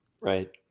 Right